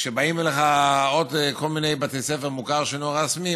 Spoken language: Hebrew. באים עוד כל מיני בתי ספר מוכר שאינו רשמי,